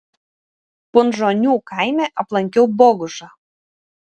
punžonių kaime aplankiau bogušą